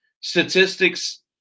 statistics